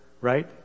right